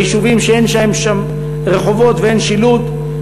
יישובים שאין בהם רחובות ואין שילוט.